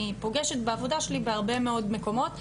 פוגשת בעבודה שלי בהרבה מאוד מקומות,